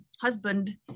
husband